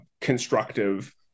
constructive